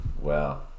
Wow